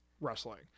wrestling